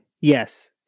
yes